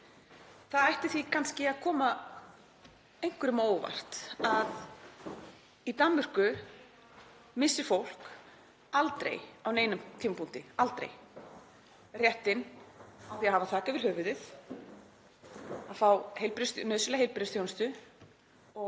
Það ætti því kannski að koma einhverjum á óvart að í Danmörku missir fólk aldrei á neinum tímapunkti réttinn á því að hafa þak yfir höfuðið, að fá nauðsynlega heilbrigðisþjónustu